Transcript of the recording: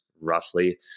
roughly